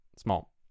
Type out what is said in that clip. small